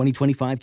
2025